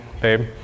babe